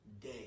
day